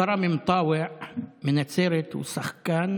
כרם, מנצרת הוא שחקן